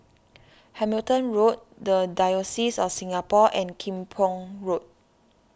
Hamilton Road the Diocese of Singapore and Kim Pong Road